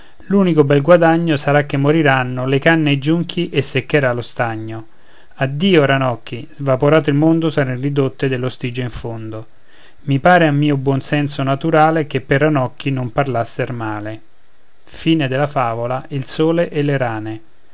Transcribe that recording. l'unico bel guadagno sarà che moriranno le canne e i giunchi e seccherà lo stagno addio ranocchi svaporato il mondo sarem ridotte dello stige in fondo i pare a mio buon senso naturale che per ranocchi non parlasser male l